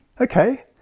okay